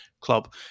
club